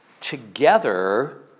together